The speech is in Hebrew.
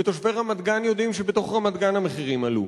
ותושבי רמת-גן יודעים שבתוך רמת-גן המחירים עלו,